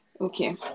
okay